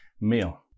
meal